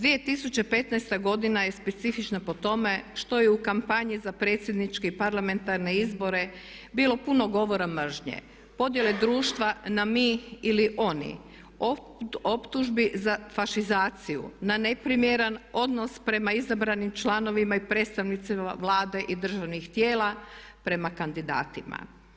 2015.godina je specifična po tome što je u kampanji za predsjedničke i parlamentarne izbore bilo puno govora mržnje, podjele društva na mi ili oni, optužbi za fašizaciju na neprimjeran odnos prema izabranim članovima i predstavnicima Vlade i državnih tijela, prema kandidatima.